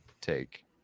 take